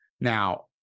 now